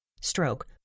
stroke